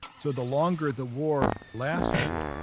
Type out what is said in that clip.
so the longer the war lasted,